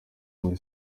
muri